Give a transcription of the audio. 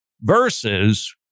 versus